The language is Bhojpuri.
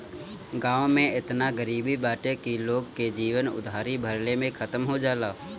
गांव में एतना गरीबी बाटे की लोग के जीवन उधारी भरले में खतम हो जाला